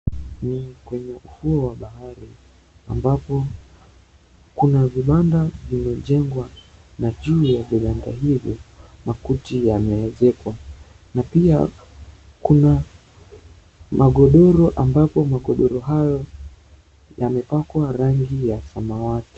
Ni kwenye ufuo wa bahari, ambapo kuna vibanda vimejengwa na juu ya vibanda hivyo makuti yameezekwa, na pia kuna magodoro, ambapo magodoro hayo yamepakwa rangi ya samawati.